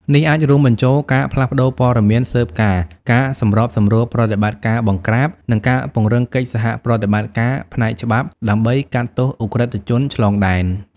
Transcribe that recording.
នេះអាចរួមបញ្ចូលការផ្លាស់ប្តូរព័ត៌មានស៊ើបការណ៍ ការសម្របសម្រួលប្រតិបត្តិការបង្ក្រាប និងការពង្រឹងកិច្ចសហប្រតិបត្តិការផ្នែកច្បាប់ដើម្បីកាត់ទោសឧក្រិដ្ឋជនឆ្លងដែន។